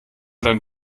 dein